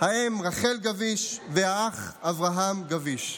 האם רחל גביש והאח אברהם גביש.